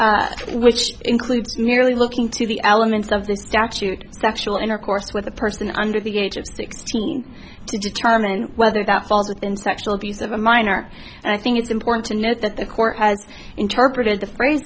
approach which includes merely looking to the elements of the statute sexual intercourse with a person under the age of sixteen to determine whether that falls within sexual abuse of a minor and i think it's important to note that the court has interpreted the phrase